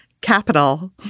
Capital